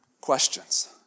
questions